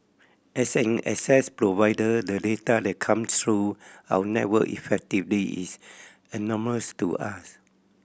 as an access provider the data that comes through our network effectively is anonymous to us